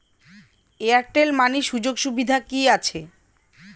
Airtel money সুযোগ সুবিধা কি আছে?